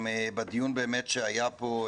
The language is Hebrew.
בדיון שהיה פה,